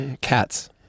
Cats